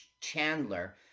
Chandler